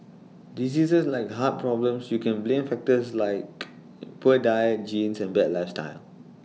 diseases like heart problems you can blame factors like poor diet genes and bad lifestyle